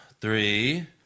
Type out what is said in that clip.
three